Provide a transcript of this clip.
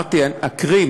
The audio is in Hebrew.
אמרתי אקריא.